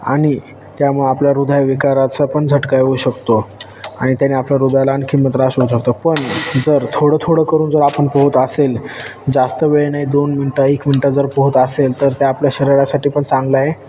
आणि त्यामुळं आपल्याला हृदय विकाराचा पण झटका येऊ शकतो आणि त्याने आपल्या हृदयाला आणखी मग त्रास होऊ शकतो पण जर थोडं थोडं करून जर आपण पोहत असेल जास्त वेळ नाही दोन मिनटं एक मिनटं जर पोहत असेल तर ते आपल्या शरीरासाठी पण चांगलं आहे